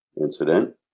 incident